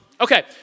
Okay